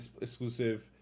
exclusive